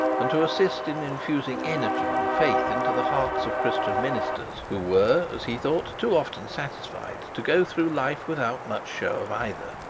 and to assist in infusing energy and faith into the hearts of christian ministers, who were, as he thought, too often satisfied to go through life without much show of either.